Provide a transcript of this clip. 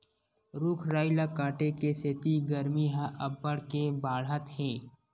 रूख राई ल काटे के सेती गरमी ह अब्बड़ के बाड़हत हे